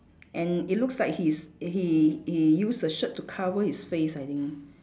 and it looks like he's he he use the shirt to cover his face I think